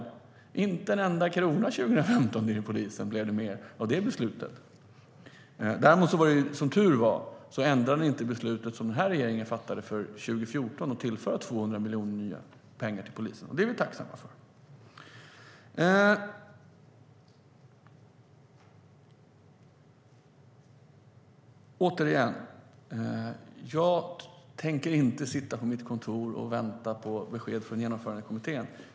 Det blev inte en enda krona mer till polisen för 2015 i det beslutet. Som tur är ändrade ni inte beslutet som den här regeringen fattade för 2014 om att tillföra 200 miljoner nya pengar till polisen. Det är vi tacksamma för. Jag tänker inte sitta på mitt kontor och vänta på besked från Genomförandekommittén.